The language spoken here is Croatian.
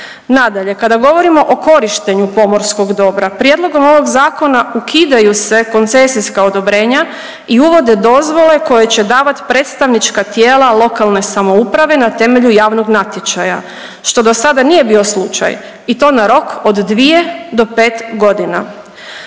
Nadalje, kada govorimo o korištenju pomorskog dobra prijedlogom ovog zakona ukidaju se koncesijska odobrenja i uvode dozvole koje će davat predstavnička tijela lokalnoj samoupravi na temelju javnog natječaja, što dosada nije bio slučaj i to na rok od 2. do 5.g..